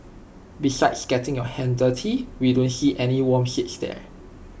besides getting your hands dirty we don't see any warm seats there